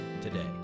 today